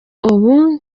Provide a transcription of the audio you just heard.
ubu